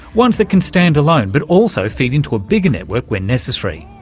ones that can stand alone, but also feed into a bigger network when necessary.